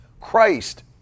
Christ